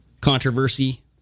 controversy